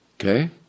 Okay